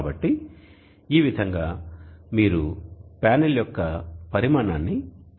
కాబట్టి ఈ విధంగా మీరు ప్యానెల్ యొక్క పరిమాణాన్ని అంచనా వేయొచ్చు